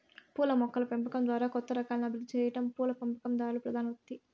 పూల మొక్కల పెంపకం ద్వారా కొత్త రకాలను అభివృద్ది సెయ్యటం పూల పెంపకందారుల ప్రధాన వృత్తి